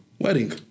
Wedding